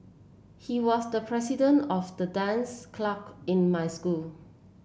he was the president of the dance clack in my school